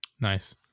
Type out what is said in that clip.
Nice